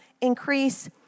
increase